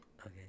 okay